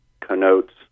connotes